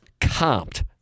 comped